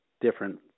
different